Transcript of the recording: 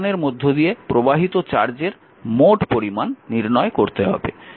উপাদানের মধ্য দিয়ে প্রবাহিত মোট চার্জের পরিমান নির্ণয় করতে হবে